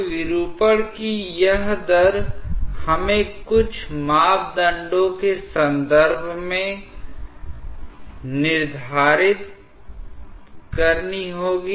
अब विरूपण की यह दर हमें कुछ मापदंडों के संदर्भ में निर्धारित करनी होगी